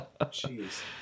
Jeez